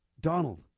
Donald